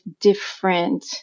different